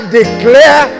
declare